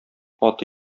аты